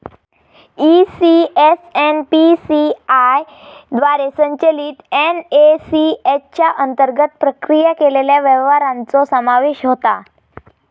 ECS NPCI द्वारे संचलित NACH च्या अंतर्गत प्रक्रिया केलेल्या व्यवहारांचो समावेश होता